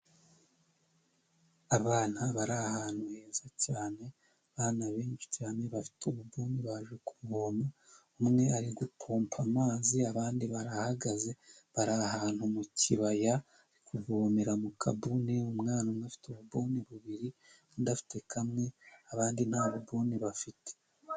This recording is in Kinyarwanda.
Abana bari ahantu heza cyane, abana benshi cyane bafite umuguni baje kuvoma umwe ari gupomba amazi abandi barahagaze bari ahantu mu kibaya ari kuvomera mu kabuni. Umwana umwe afite ubu buni bubiridafite kamwe abandi nta bu buni bafite.